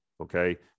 okay